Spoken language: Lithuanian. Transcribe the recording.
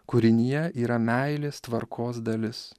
kūrinyje yra meilės tvarkos dalis